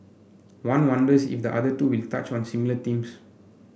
one wonders if the other two will touch on similar themes